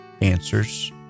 answers